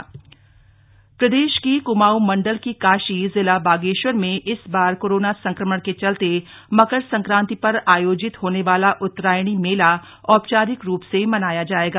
मकर संक्रांति मेला प्रदेश की कुमाऊं मण्डल की काशी जिला बागेश्वर में इस बार कोरोना संक्रमण के चलते मकर संक्रांति पर आयोजित होने वाला उत्तरायणी मेला औपचारिक रूप से मनाया जाएगा